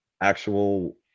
actual